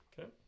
Okay